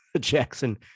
Jackson